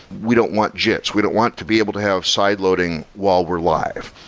we don't want jits. we don't want to be able to have side-loading while we're live.